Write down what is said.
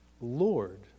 Lord